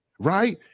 Right